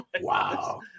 wow